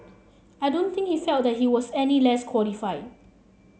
I don't think he felt that he was any less qualified